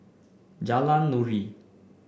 Jalan Nuri